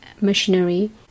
machinery